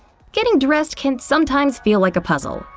getting dressed can sometimes feel like a puzzle.